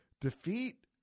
defeat